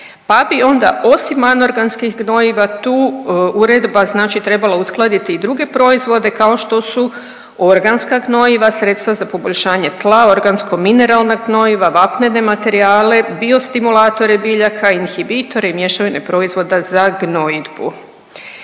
pa bi onda osim anorganskih gnojiva tu uredba znači treala uskladiti i druge proizvode kao što su organska gnojiva, sredstava za poboljšanje tla, organsko mineralna gnojiva, vapnene materijale, bio stimulatore biljaka, inhibitore i mješavine proizvoda za gnojidbu